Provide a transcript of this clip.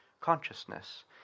consciousness